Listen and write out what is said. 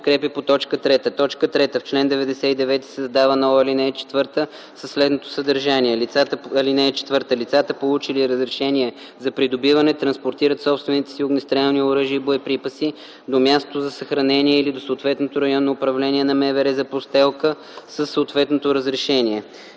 подкрепя по т. 3: „3. В чл. 99 се създава нова ал. 4 със следното съдържание: „(4) Лицата, получили разрешение за придобиване, транспортират собствените си огнестрелни оръжия и боеприпаси до мястото за съхранение или до съответното Районно управление на МВР за прострелка със съответното разрешение.”